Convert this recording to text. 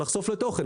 לחשוף לתוכן.